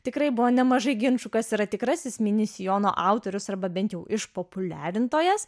tikrai buvo nemažai ginčų kas yra tikrasis mini sijono autorius arba bent jau iš populiarintojas